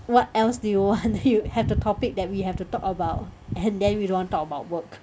what else do you want you have the topic that we have to talk about and then we don't want to talk about work